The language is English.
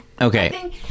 okay